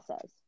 says